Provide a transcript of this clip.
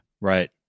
Right